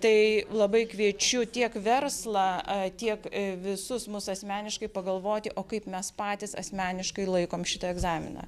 tai labai kviečiu tiek verslą tiek visus mus asmeniškai pagalvoti o kaip mes patys asmeniškai laikom šitą egzaminą